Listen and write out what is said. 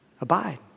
Abide